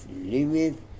limit